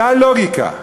אותה לוגיקה,